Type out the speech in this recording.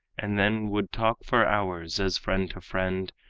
and then would talk for hours, as friend to friend,